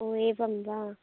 ओ एवं वा